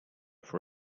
for